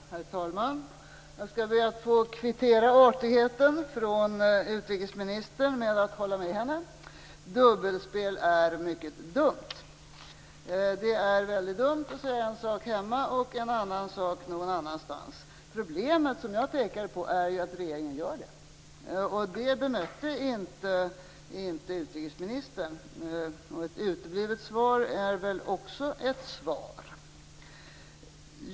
Herr talman! Jag skall be att få kvittera artigheten från utrikesministern genom att hålla med henne. Dubbelspel är mycket dumt. Det är väldigt dumt att säga en sak hemma och en annan sak någon annanstans. Det problem som jag pekade på är att regeringen gör just det. Det bemötte inte utrikesministern, men ett uteblivet svar är väl också ett svar.